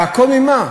והכול ממה?